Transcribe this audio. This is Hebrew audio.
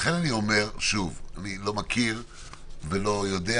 לכן אני אומר שוב, אני לא מכיר ולא יודע.